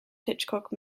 hitchcock